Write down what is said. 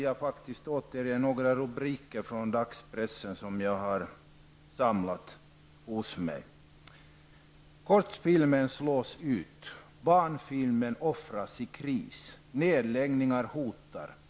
Jag skall återge några rubriker från dagspressen som jag har samlat: Kortfilmen slås ut! Barnfilmen offras i kris. Nedläggningar hotar.